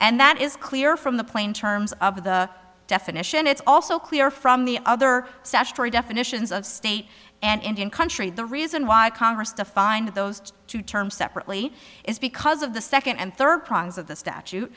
and that is clear from the plain terms of the definition it's also clear from the other definitions of state and indian country the reason why the congress to find those two terms separately is because of the second and third prongs of the statu